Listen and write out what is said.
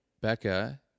Becca